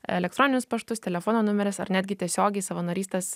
elektroninius paštus telefono numeris ar netgi tiesiogiai savanorystės